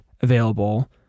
available